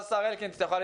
השר אלקין, תודה